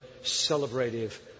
celebrative